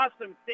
Awesome